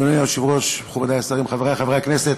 אדוני היושב-ראש, מכובדי השרים, חברי חברי הכנסת,